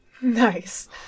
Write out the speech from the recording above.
Nice